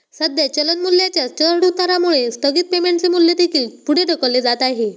सध्या चलन मूल्याच्या चढउतारामुळे स्थगित पेमेंटचे मूल्य देखील पुढे ढकलले जात आहे